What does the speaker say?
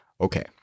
okay